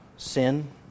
Sin